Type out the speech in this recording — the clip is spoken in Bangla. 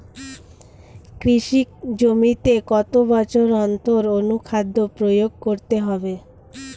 কৃষি জমিতে কত বছর অন্তর অনুখাদ্য প্রয়োগ করতে হবে?